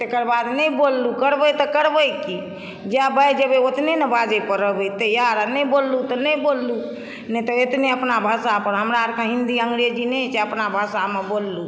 तेकर बाद नहि बोललहुॅं करबै तऽ करबै की जएह बाजि एबै ओतने ने बाजै पर रहबै तैयार आ नहि बोललहुॅं तऽ नहि बोललहुॅं नहि तऽ एतने अपना भाषा पर हमरा आरके हिन्दी अंग्रेजी नहि हय छै अपना भाषा मे बोललहुॅं